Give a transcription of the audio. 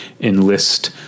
enlist